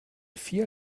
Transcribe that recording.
vier